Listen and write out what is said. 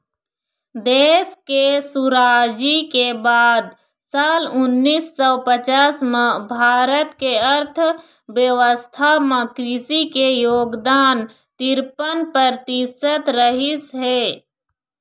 देश के सुराजी के बाद साल उन्नीस सौ पचास म भारत के अर्थबेवस्था म कृषि के योगदान तिरपन परतिसत रहिस हे